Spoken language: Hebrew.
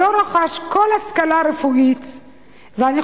שלא רכש כל השכלה רפואית בעניין.